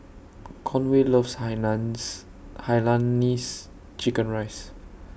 Conway loves Hainan's Hainanese Chicken Rice